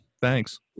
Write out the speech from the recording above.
Thanks